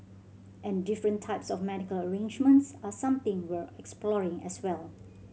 and different types of medical arrangements are something we're exploring as well